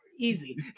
easy